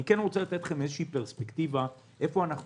אני רוצה לתת לכם איזושהי פרספקטיבה איפה אנחנו